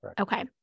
Okay